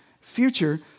future